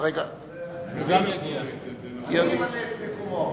אני אמלא את מקומו.